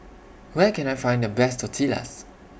Where Can I Find The Best Tortillas